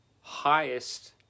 highest